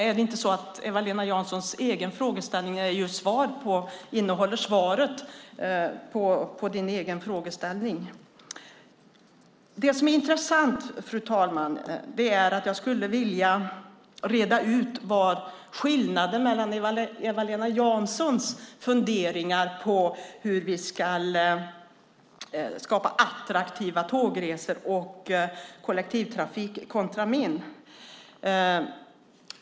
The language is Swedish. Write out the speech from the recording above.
Är det inte så att Eva-Lena Janssons egen frågeställning innehåller svaret? Det som är intressant, fru talman, och som jag skulle vilja reda ut är skillnaden mellan Eva-Lena Janssons funderingar på hur vi ska skapa attraktiva tågresor och kollektivtrafik och mina.